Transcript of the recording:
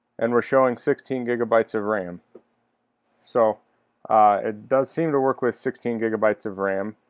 and we're showing sixteen gigabytes of ram so it does seem to work with sixteen gigabytes of ram